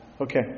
Okay